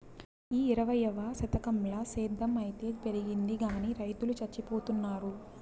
ఈ ఇరవైవ శతకంల సేద్ధం అయితే పెరిగింది గానీ రైతులు చచ్చిపోతున్నారు